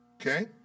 Okay